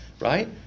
right